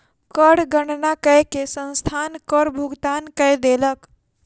कर गणना कय के संस्थान कर भुगतान कय देलक